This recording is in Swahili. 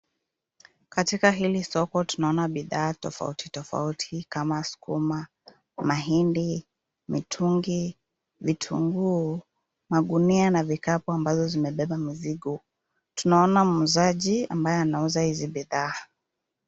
Katika hili soko, tunaona bidhaa tofautitofauti, kama vile sukuma, mahindi, mitungi, vitunguu. Magunia na vikapu ambazo zimebeba mizigo. Tunaona muuzaji ambaye anauza bidhaa.